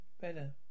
Better